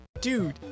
Dude